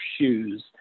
shoes